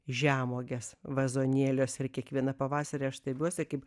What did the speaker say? žemuogės vazonėliuose ir kiekvieną pavasarį aš stebiuosi kaip